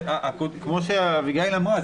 כמו שאביגיל אמרה,